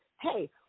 hey